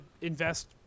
invest